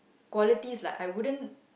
qualities like I wouldn't